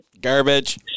garbage